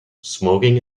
smoking